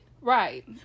Right